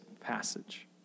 passage